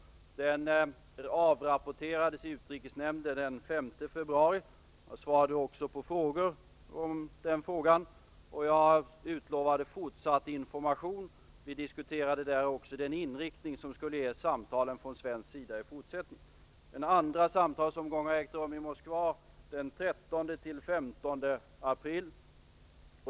Den avrapporterades i utrikesnämnden den 5 februari. Jag svarade då också på frågor, och jag utlovade fortsatt information. Vi diskuterade där också vilken inriktning dessa samtal skall ges från svensk sida i fortsättningen. 13--15 april.